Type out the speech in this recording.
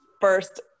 first